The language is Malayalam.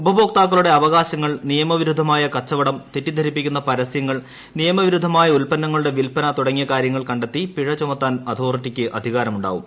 ഉപഭോക്താക്കളുടെ അവകാശങ്ങൾ നിയമവിരുദ്ധമായ കച്ചവടം തെറ്റിദ്ധരിപ്പിക്കുന്ന പരസ്യങ്ങൾ നിയമവിരുദ്ധമായ ഉൽപ്പന്നങ്ങളുടെ വിൽപ്പന തുടങ്ങിയ കാര്യങ്ങൾ കണ്ടെത്തി പിഴ ചുമത്താൻ അതോറിറ്റിക്ക് അധികാരമുണ്ടാവും